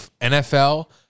NFL